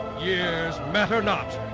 years matter not.